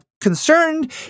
concerned